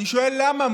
אני שואל: למה?